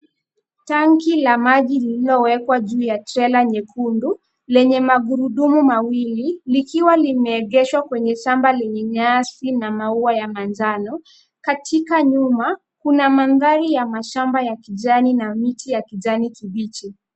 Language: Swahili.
Tanki la maji lililowekwa juu ya trela nyekundu lenye magurudumu mawili likiwa limeegeshwa kwenye shamba lenye nyasi na maua ya manjano. Katika nyuma kuna mandhari ya mashamba ya kijani na miti ya kijani kibichi.